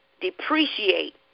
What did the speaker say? Depreciate